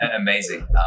Amazing